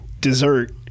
dessert